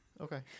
okay